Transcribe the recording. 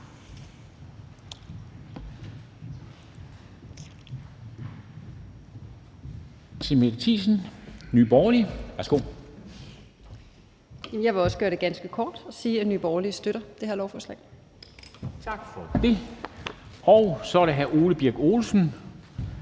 Jeg vil også gøre det ganske kort og sige, at Nye Borgerlige støtter det her lovforslag. Kl. 13:24 Formanden (Henrik Dam